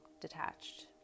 detached